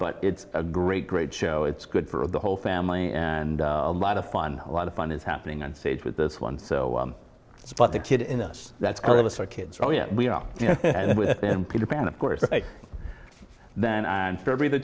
but it's a great great show it's good for the whole family and a lot of fun a lot of fun is happening on stage with this one so it's about the kid in the us that's all of us are kids oh yeah we are and peter pan of course then